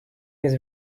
his